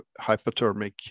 hypothermic